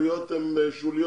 העלויות הן שוליות.